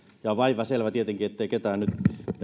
ja on aivan selvää tietenkin ettei ketään nyt